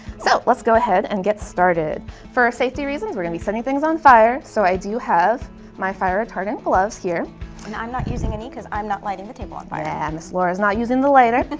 so let's go ahead and get started for safety reasons we are gonna be setting things on fire so i do have my fire retardant gloves here and i'm not using any because i'm not lighting the table on fire. yeah ms laura's not using the lighter.